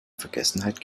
vergessenheit